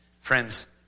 friends